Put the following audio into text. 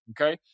okay